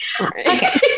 Okay